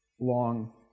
long